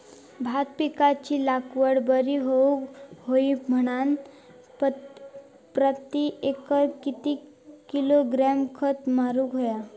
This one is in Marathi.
भात पिकाची लागवड बरी होऊक होई म्हणान प्रति एकर किती किलोग्रॅम खत मारुक होया?